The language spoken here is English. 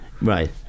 Right